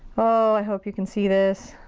oh, i hope you can see this.